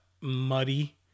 muddy